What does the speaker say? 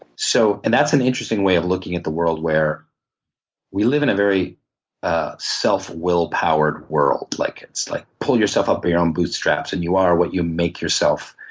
so and that's an interesting way of looking at the world where we live in a very ah self will powered world. like it's like pull yourself up by your own bootstraps, and you are what you make yourself.